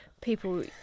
people